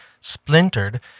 splintered